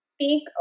take